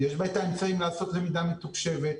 יש בה את האמצעים לעשות למידה מתוקשבת,